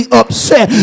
upset